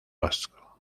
vasco